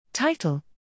Title